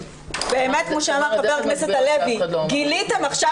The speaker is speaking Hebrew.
כמו שאמר חבר הכנסת הלוי גיליתם עכשיו